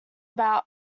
about